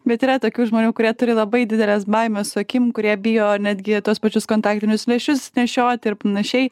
bet yra tokių žmonių kurie turi labai dideles baimes su akim kurie bijo netgi tuos pačius kontaktinius lęšius nešioti ir panašiai